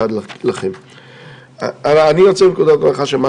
בכובע של נציג בט"פ ובעקבות החלטה מ-2011 שאמרה